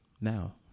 Now